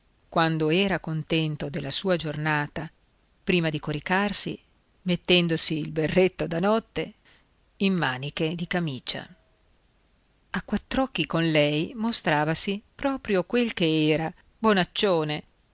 quando era contento della sua giornata prima di coricarsi mettendosi il berretto da notte in maniche di camicia a quattr'occhi con lei mostravasi proprio quel che era bonaccione